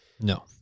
No